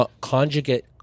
Conjugate